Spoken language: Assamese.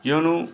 কিয়নো